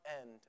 end